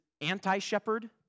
anti-shepherd